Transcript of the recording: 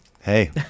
hey